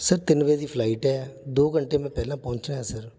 sir ਤਿੰਨ ਵਜੇ ਦੀ ਫਲਾਈਟ ਹੈ ਦੋ ਘੰਟੇ ਮੈਂ ਪਹਿਲਾਂ ਪਹੁੰਚਣਾ ਹੈ ਸਰ